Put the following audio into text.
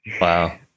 Wow